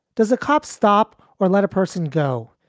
does a cop stop or let a person go,